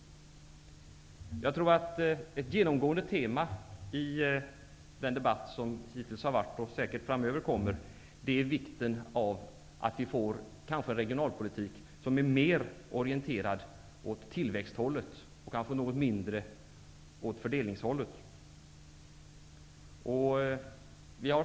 Ett genomgående tema vid den debatt som hittills har varit, och som säkert framöver kommer, är vikten av att få regionalpolitiken mer orienterad åt tillväxthållet och något mindre åt fördelningshållet.